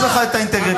ויש לך את האינטגריטי,